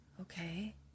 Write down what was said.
Okay